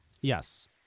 Yes